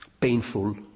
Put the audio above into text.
painful